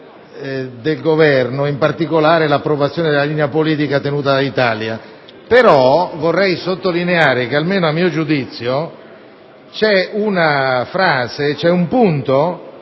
del Governo, in particolare l'approvazione della linea politica tenuta dall'Italia. Tuttavia, vorrei sottolineare che, almeno a mio giudizio, c'è un punto